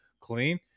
clean